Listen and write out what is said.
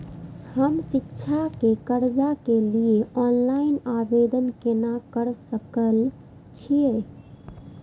हम शिक्षा के कर्जा के लिय ऑनलाइन आवेदन केना कर सकल छियै?